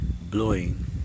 blowing